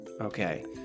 Okay